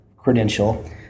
credential